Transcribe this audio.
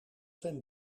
zijn